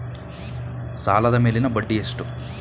ಸಾಲದ ಮೇಲಿನ ಬಡ್ಡಿ ಎಷ್ಟು?